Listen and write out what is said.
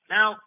Now